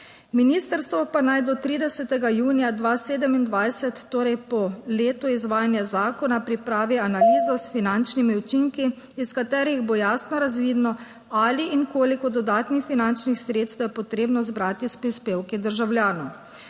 (VI) 15.05 (nadaljevanje) torej po letu izvajanja zakona pripravi analizo s finančnimi učinki, iz katerih bo jasno razvidno, ali in koliko dodatnih finančnih sredstev je potrebno zbrati s prispevki državljanov.